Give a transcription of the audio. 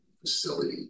facility